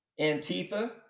Antifa